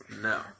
no